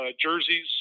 jerseys